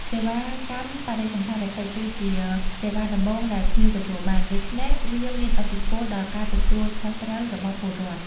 សេវាកម្មបដិសណ្ឋារកិច្ចគឺជាសេវាដំបូងដែលភ្ញៀវទទួលបាន ដូច្នេះវាមានឥទ្ធិពលដល់ការទទួលខុសត្រូវរបស់ពលរដ្ឋ។